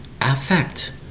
Affect